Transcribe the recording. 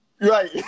Right